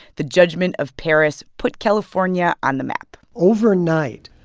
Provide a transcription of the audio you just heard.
the judgment of paris put california on the map overnight.